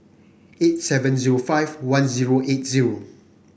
eight seven zero five one zero eight zero